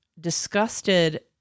disgusted